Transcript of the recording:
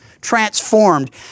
transformed